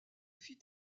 fit